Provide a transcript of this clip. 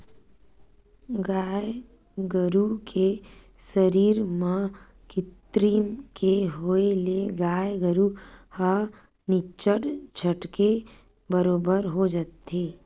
गाय गरु के सरीर म किन्नी के होय ले गाय गरु ह निच्चट झटके बरोबर हो जाथे